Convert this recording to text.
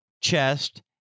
chest